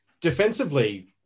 defensively